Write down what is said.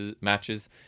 matches